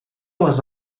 was